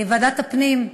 ועדת הפנים,